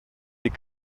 des